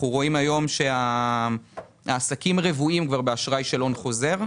רואים שהעסקים רוויים באשראי של הון חוזר,